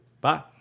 Bye